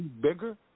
bigger